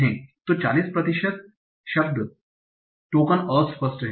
तो 40 प्रतिशत शब्द टोकन अस्पष्ट हैं